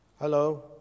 Hello